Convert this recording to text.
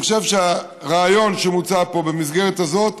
אני חושב שהרעיון שמוצע פה במסגרת הזאת